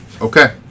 Okay